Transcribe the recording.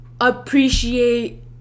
appreciate